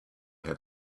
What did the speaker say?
had